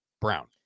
Brown